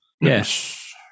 Yes